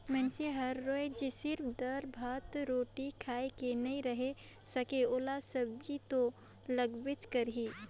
मइनसे हर रोयज सिरिफ दारा, भात, रोटी खाए के नइ रहें सके ओला सब्जी तो लगबे करही